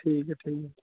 ठीक ऐ ठीक ऐ